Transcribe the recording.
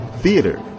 theater